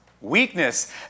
Weakness